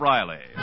Riley